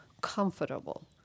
comfortable